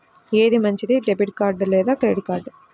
ఏది మంచిది, debit card లేదా క్రెడిట్ కార్డ్?